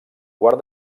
quart